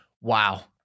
Wow